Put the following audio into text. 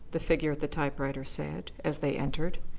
the figure at the typewriter said, as they entered.